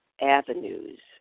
avenues